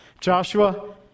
Joshua